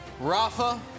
Rafa